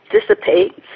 dissipate